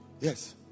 yes